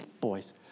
boys